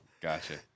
Gotcha